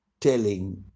telling